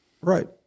Right